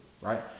right